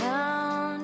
Down